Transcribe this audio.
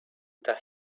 that